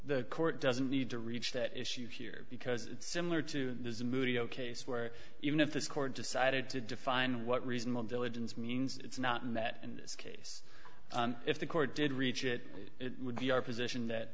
the court doesn't need to reach that issue here because it's similar to the movie zero case where even if this court decided to define what reasonable diligence means it's not and that in this case if the court did reach it it would be our position that